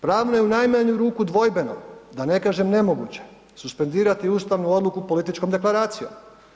Pravno je u najmanju ruku dvojbeno da ne kažem nemoguće suspendirati ustavnu odluku političkom deklaracijom.